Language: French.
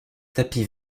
tapis